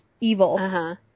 evil